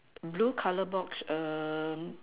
blue colour box